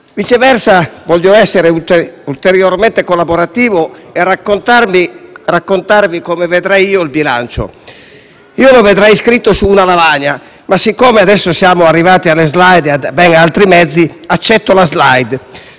Viceversa, voglio essere ulteriormente collaborativo e raccontarvi come vedrei io il bilancio. Lo vedrei scritto su una lavagna, ma siccome adesso siamo arrivati alle *slide* e a ben altri mezzi, accetto la *slide*